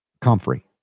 comfrey